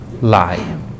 lie